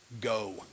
go